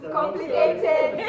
complicated